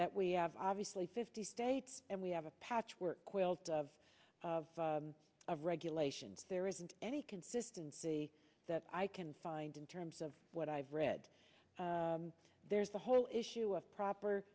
that we have obviously fifty states and we have a patchwork quilt of of regulations there isn't any consistency that i can find in terms of what i've read there's the whole issue of proper